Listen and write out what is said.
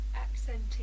accenting